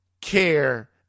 care